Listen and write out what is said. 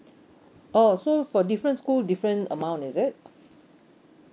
oh so for different school different amount is it